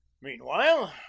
meanwhile,